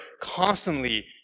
constantly